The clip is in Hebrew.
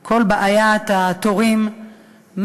כל בעיית התורים,